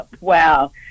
Wow